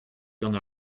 gant